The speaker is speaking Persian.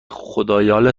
خدایان